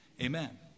Amen